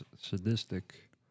sadistic